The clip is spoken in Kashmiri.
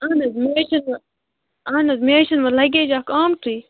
اَہَن حظ مےٚ ہیٚچھس نہٕ اَہَن حظ مےٚ حظ چھُنہٕ لَگیج اَکھ آمتُے